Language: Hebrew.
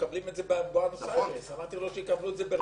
שמקבלים את זה --- אמרתי לו שיקבלו את זה ברחובות.